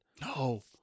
No